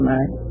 Right